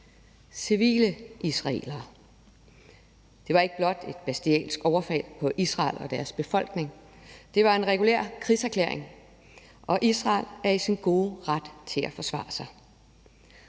civile israelere. Det var ikke blot et bestialsk overfald på Israel og dets befolkning. Det var en regulær krigserklæring, og Israel er i sin gode ret til at forsvare sig.